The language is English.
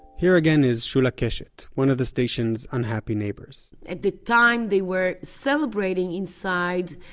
here, again, is shula keshet, one of the station's unhappy neighbors at the time they were celebrating inside,